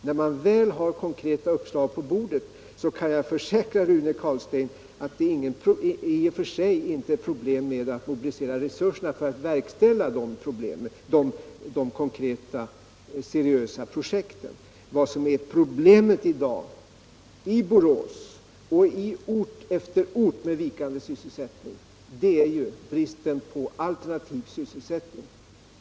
När de konkreta uppslagen väl ligger på bordet kan jag försäkra Rune Carlstein att det i och för sig inte är några problem med att mobilisera resurser för att verkställa de konkreta seriösa projekten. Problemet i dag i Borås och i ort efter ort med vikande sysselsättning är ju bristen på alternativ sysselsättning.